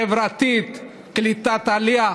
חברתית, קליטת עלייה,